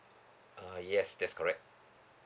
uh yes that's correct